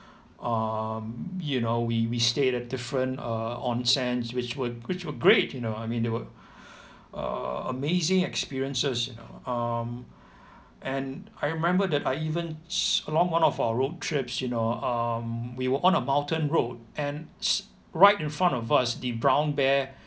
um you know we we stayed at different uh onsens which wwere which were great you know I mean they were err amazing experiences you know um and I remember that I even s~ along one of our road trips you know um we were on a mountain road and s~ right in front of us the brown bear